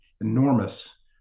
enormous